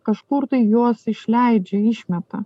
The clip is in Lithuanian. kažkur tai juos išleidžia išmeta